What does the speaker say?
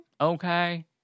Okay